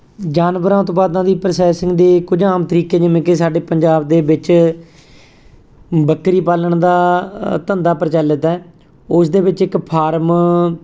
ਜਾਨਵਰਾਂ ਉਤਪਾਦਾਂ ਦੀ ਪ੍ਰੋਸੈਸਿੰਗ ਦੇ ਕੁਝ ਆਮ ਤਰੀਕੇ ਜਿਵੇਂ ਕਿ ਸਾਡੇ ਪੰਜਾਬ ਦੇ ਵਿੱਚ ਬੱਕਰੀ ਪਾਲਣ ਦਾ ਧੰਦਾ ਪ੍ਰਚੱਲਿਤ ਹੈ ਉਸ ਦੇ ਵਿੱਚ ਇੱਕ ਫਾਰਮ